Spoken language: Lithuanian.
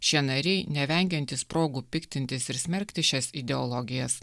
šie nariai nevengiantys progų piktintis ir smerkti šias ideologijas